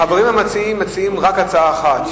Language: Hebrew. החברים המציעים הצעה לסדר-היום מציעים רק הצעה אחת,